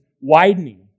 widening